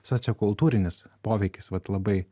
sociokultūrinis poveikis vat labai